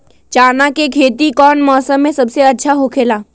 चाना के खेती कौन मौसम में सबसे अच्छा होखेला?